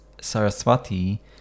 Saraswati